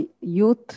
youth